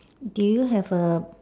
do you have a